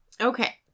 Okay